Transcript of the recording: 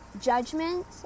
judgment